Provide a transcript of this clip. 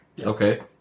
Okay